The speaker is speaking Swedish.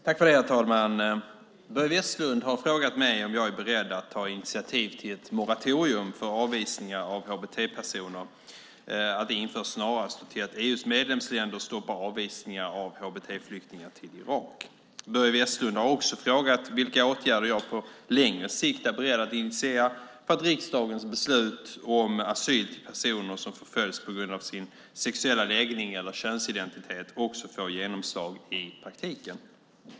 Herr talman! Börje Vestlund har frågat mig om jag är beredd att ta initiativ till att ett moratorium för avvisningar av hbt-personer införs snarast och till att EU:s medlemsländer stoppar avvisningar av hbt-flyktingar till Irak. Börje Vestlund har också frågat vilka åtgärder jag på längre sikt är beredd att initiera för att riksdagens beslut om asyl till personer som förföljs på grund av sin sexuella läggning eller könsidentitet också får genomslag i praktiken.